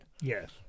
yes